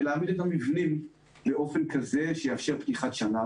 להעמיד את המבנים באופן כזה שיאפשר פתיחת שנה.